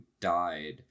died